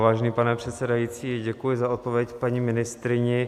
Vážený pane předsedající, děkuji za odpověď paní ministryni.